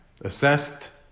assessed